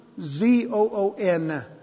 Z-O-O-N